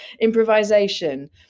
improvisation